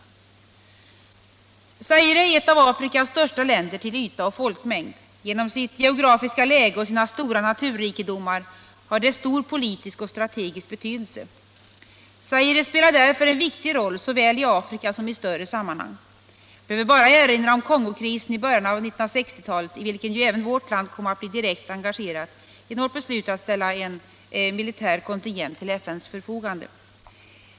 Zaire är ett av Afrikas största länder till yta och folkmängd. Genom sitt geografiska läge och sina stora naturrikedomar har det stor politisk och strategisk betydelse. Zaire spelar därför en viktig roll såväl i Afrika som i större sammanhang. Jag behöver bara erinra om Kongokrisen i början av 1960-talet, i vilken ju även vårt land kom att bli direkt engagerat genom vårt beslut att ställa en militär kontingent till FN:s förfogande.